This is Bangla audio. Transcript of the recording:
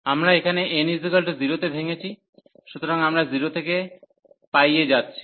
আমরা এখানে n 0 তে ভেঙেছি সুতরাং আমরা 0 থেকে π এ যাচ্ছি